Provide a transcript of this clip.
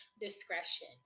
discretion